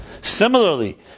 Similarly